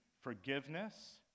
forgiveness